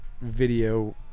video